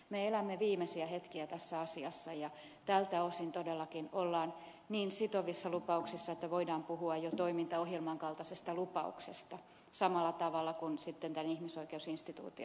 me elämme viimeisiä hetkiä tässä asiassa ja tältä osin todellakin ollaan niin sitovissa lupauksissa että voidaan puhua jo toimintaohjelman kaltaisesta lupauksesta samalla tavalla kuin sitten tämän ihmisoikeusinstituution osalta